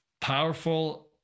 powerful